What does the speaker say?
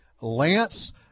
Lance